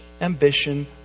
ambition